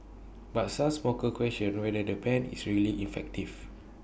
but some smokers question whether the ban is really effective